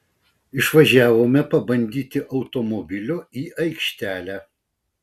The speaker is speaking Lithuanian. išvažiavome pabandyti automobilio į aikštelę